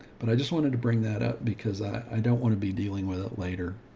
but i just wanted to bring that up because i don't want to be dealing with it later.